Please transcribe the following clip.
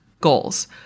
goals